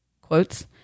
quotes